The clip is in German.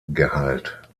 gehalt